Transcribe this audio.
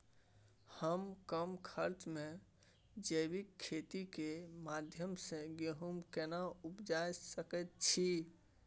हम कम खर्च में जैविक खेती के माध्यम से गेहूं केना उपजा सकेत छी?